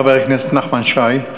חבר הכנסת נחמן שי.